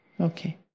Okay